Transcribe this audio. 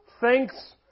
thanks